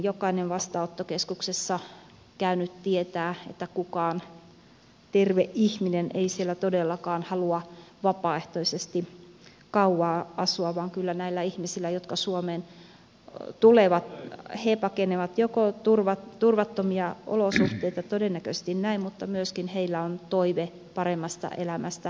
jokainen vastaanottokeskuksessa käynyt tietää että kukaan terve ihminen ei siellä todellakaan halua vapaaehtoisesti kauan asua vaan kyllä näillä ihmisillä jotka suomeen tulevat he pakenevat turvattomia olosuhteita todennäköisesti näin myöskin on toive paremmasta elämästä